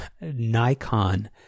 Nikon